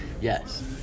yes